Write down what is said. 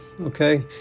okay